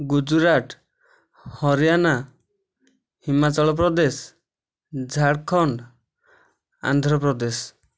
Gujarat Haryana Himachal Pradesh Jharkhand Andhra Pradesh